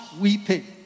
weeping